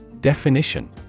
Definition